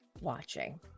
watching